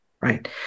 right